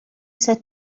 said